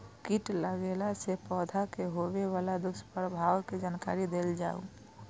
कीट लगेला से पौधा के होबे वाला दुष्प्रभाव के जानकारी देल जाऊ?